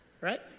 Right